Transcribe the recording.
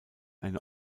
eine